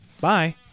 Bye